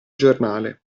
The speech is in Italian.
giornale